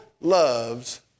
loves